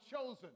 chosen